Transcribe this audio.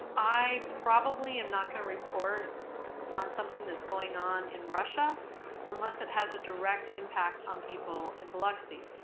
i probably am not going to report on something that's going on in russia unless it has a direct impact on people in biloxi.